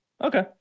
Okay